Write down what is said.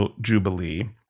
Jubilee